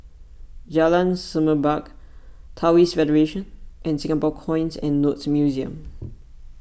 Jalan Semerbak Taoist Federation and Singapore Coins and Notes Museum